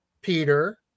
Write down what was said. Peter